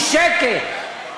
היא שקר.